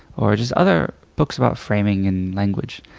or just other books about framing and language.